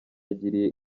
yagiriye